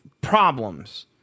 problems